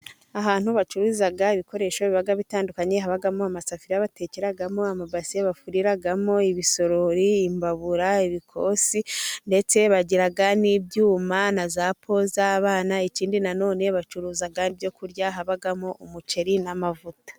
Ahantu bacururiza ibikoresho biba bitandukanye, habamo amasafuriya batekeramo, amabase, bafuriramo, ibisorori, imbabura, ibikosi ndetse bagira n'ibyuma, na za po z'abana. Ikindi nanone bacuruza ibyo kurya habamo umuceri n'amavuta.